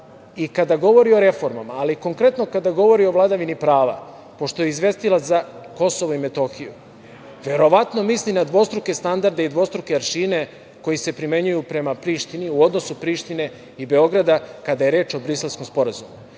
i kada govori o reformama, ali konkretno kada govori o vladavini prava, pošto je izvestilac za Kosovo i Metohiju, verovatno misli na dvostruke standarde i dvostruke aršine koji se primenjuju u odnosu Prištine i Beograda kada je reč o Briselskom sporazumu,